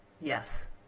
Yes